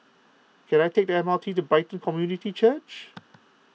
can I take the M R T to Brighton Community Church